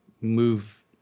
move